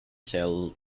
sale